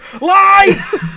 lies